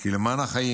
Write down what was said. למען החיים,